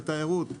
לתיירות,